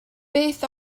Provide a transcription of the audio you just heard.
beth